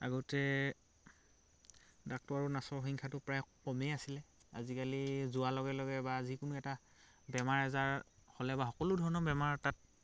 আগতে ডাক্তৰ আৰু নাৰ্ছৰ সংখ্যাটো প্ৰায় কমেই আছিলে অজিকালি যোৱা লগে লগে বা যিকোনো এটা বেমাৰ আজাৰ হ'লে বা সকলো ধৰণৰ বেমাৰ তাত